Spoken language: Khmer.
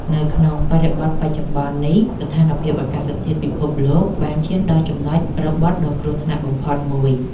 នៅក្នុងបរិបទបច្ចុប្បន្ននេះ ស្ថានភាពអាកាសធាតុពិភពលោកបានឈានដល់ចំណុចរបត់ដ៏គ្រោះថ្នាក់បំផុតមួយ។